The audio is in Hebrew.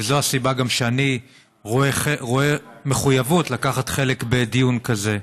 וזו הסיבה גם שאני רואה מחויבות לקחת חלק בדיון כזה.